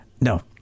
No